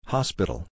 Hospital